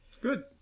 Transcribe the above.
Good